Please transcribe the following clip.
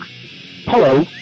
Hello